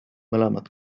mõlemad